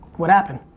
what happened?